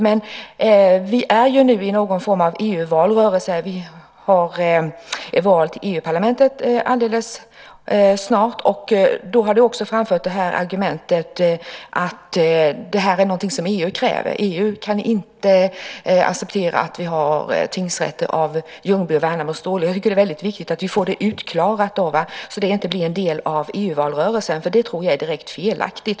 Men i någon form är vi nu inne i en EU-valrörelse. Vi har snart val till EU-parlamentet, och man har framfört argumentet att detta är något som EU kräver, det vill säga att EU inte kan acceptera att vi har tingsrätter av den storlek som finns i Ljungby och Värnamo. Det är mycket viktigt att få frågan utredd så att den inte blir en del av EU-valrörelsen. Det tror jag nämligen vore direkt felaktigt.